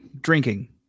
Drinking